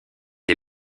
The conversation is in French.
les